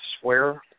swear